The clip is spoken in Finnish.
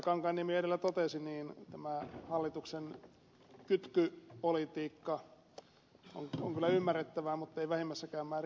kankaanniemi edellä totesi tämä hallituksen kytkypolitiikka on kyllä ymmärrettävää mutta ei vähimmässäkään määrin hyväksyttävää